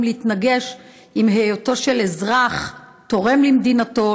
להתנגש עם היותו של אזרח תורם למדינתו,